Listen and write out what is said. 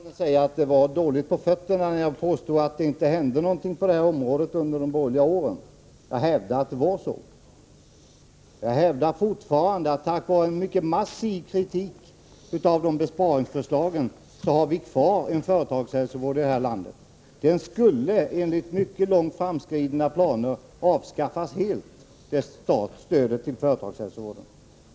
Fru talman! Ingemar Eliasson sade att jag hade dåligt på fötterna när jag påstod att det inte hände någonting på det här området under de borgerliga åren. Jag hävdar att det var så. Jag hävdar fortfarande att vi tack vare en mycket massiv kritik av de besparingsförslagen har kvar en företagshälsovård ilandet. Stödet till företagshälsovården skulle enligt mycket långt framskridna planer avskaffas helt.